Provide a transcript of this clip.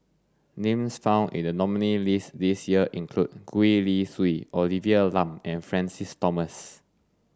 names found in the nominees' list this year include Gwee Li Sui Olivia Lum and Francis Thomas